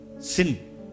sin